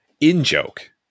in-joke